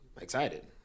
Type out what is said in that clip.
excited